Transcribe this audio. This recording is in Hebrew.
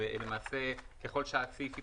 אם הסעיף ייפתח,